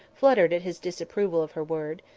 fluttered at his disapproval of her word.